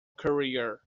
career